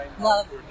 love